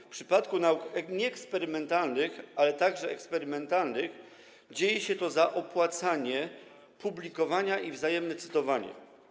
W przypadku nauk nieeksperymentalnych, ale także eksperymentalnych dzieje się to za opłacanie publikowania i wzajemne cytowanie.